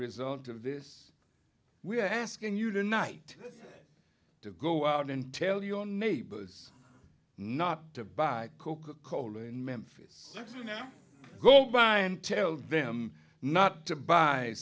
result of this we are asking you to night to go out and tell your neighbors not to buy coca cola in memphis you know go by and tell them not to buy